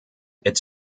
its